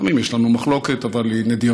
לפעמים יש לנו מחלוקת, אבל היא נדירה.